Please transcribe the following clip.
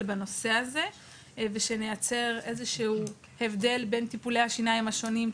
בנושא הזה ושנייצר איזשהו הבדל בין טיפולי השיניים השונים,